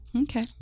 Okay